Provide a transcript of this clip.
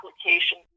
application